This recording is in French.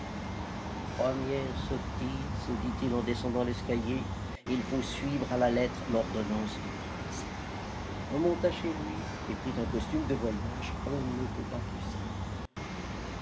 première sottise se dit-il en descendant l'escalier il faut suivre à la lettre l'ordonnance du prince il remonta chez lui et prit un costume de voyage on ne peut pas plus simple